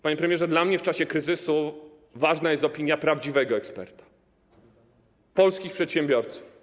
Panie premierze, dla mnie w czasie kryzysu ważna jest opinia prawdziwych ekspertów: polskich przedsiębiorców.